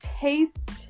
taste